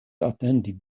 atendi